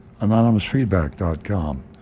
anonymousfeedback.com